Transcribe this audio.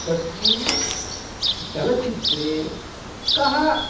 तस्मिन् चलचित्रे कः